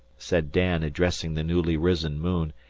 said dan, addressing the newly risen moon,